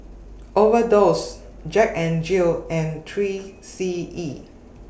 Overdose Jack N Jill and three C E